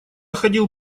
ходил